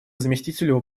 заместителю